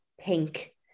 pink